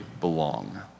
belong